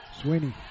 Sweeney